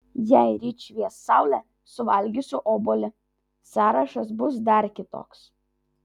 jei ryt švies saulė suvalgysiu obuolį sąrašas bus dar kitoks